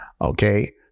okay